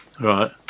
Right